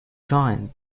join